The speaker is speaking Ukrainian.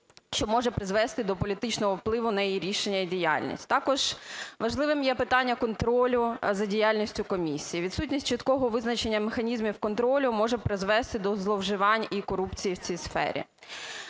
що може призвести до політичного впливу на її рішення і діяльність. Також важливим є питання контролю за діяльністю комісії. Відсутність чіткого визначення механізмів контролю може призвести до зловживань і корупції в цій сфері.